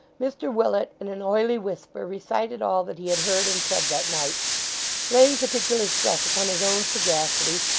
mr willet, in an oily whisper, recited all that he had heard and said that night laying particular stress upon his own sagacity,